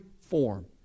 form